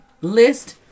list